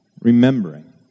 remembering